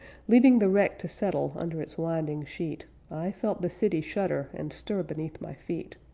leaving the wreck to settle under its winding sheet, i felt the city shudder and stir beneath my feet.